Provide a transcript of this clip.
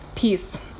peace